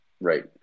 right